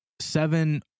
seven